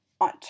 On